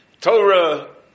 Torah